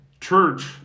church